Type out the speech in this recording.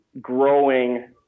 growing